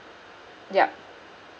yup